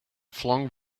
flung